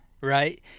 right